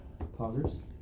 Poggers